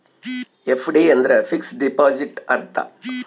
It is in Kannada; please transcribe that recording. ಎಫ್.ಡಿ ಅಂದ್ರ ಫಿಕ್ಸೆಡ್ ಡಿಪಾಸಿಟ್ ಅಂತ